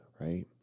right